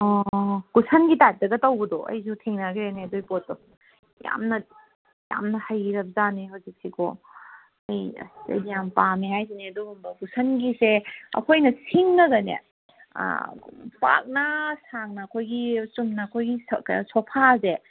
ꯑꯣ ꯀꯨꯁꯟꯒꯤ ꯇꯥꯏꯞꯇꯒ ꯇꯧꯕꯗꯣ ꯑꯩꯁꯨ ꯊꯦꯡꯅꯒ꯭ꯔꯦꯅꯦ ꯑꯗꯨꯏ ꯄꯣꯠꯇꯣ ꯌꯥꯝꯅ ꯌꯥꯝꯅ ꯍꯩꯔꯖꯥꯠꯅꯤ ꯍꯧꯖꯤꯛꯁꯦꯀꯣ ꯑꯩ ꯑꯗꯤ ꯌꯥꯝ ꯄꯥꯝꯃꯦ ꯍꯥꯏꯖꯤꯅꯦ ꯑꯗꯨꯒꯨꯝꯕ ꯀꯨꯁꯟꯒꯤꯁꯦ ꯑꯩꯈꯣꯏꯅ ꯁꯤꯡꯉꯒꯅꯦ ꯄꯥꯛꯅ ꯁꯥꯡꯅ ꯑꯩꯈꯣꯏꯒꯤ ꯆꯨꯝꯅ ꯑꯩꯈꯣꯏꯒꯤ ꯁꯣꯐꯥꯖꯦ